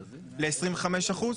ל-25%?